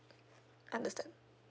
understand